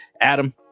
Adam